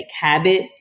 habit